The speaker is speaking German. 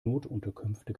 notunterkünfte